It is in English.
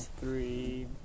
Three